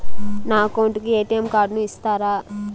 నా అకౌంట్ కు ఎ.టి.ఎం కార్డును ఇస్తారా